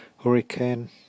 hurricane